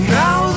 now